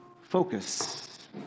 focus